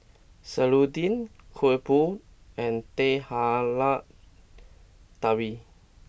Serunding Kuih Bom and Teh Halia Tarik